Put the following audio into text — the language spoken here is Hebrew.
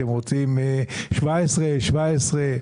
אתם רוצים 17 - 17,